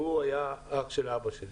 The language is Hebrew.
שהוא היה אח של אבא שלי.